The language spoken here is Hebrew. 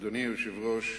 אדוני היושב-ראש,